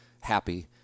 happy